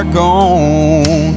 gone